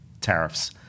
tariffs